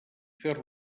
fer